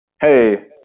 Hey